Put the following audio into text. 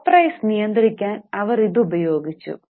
stock price നിയന്ത്രിക്കാൻ അവർ ഇത് ഉപയോഗിച്ചു